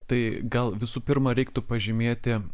tai gal visų pirma reiktų pažymėti